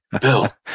Bill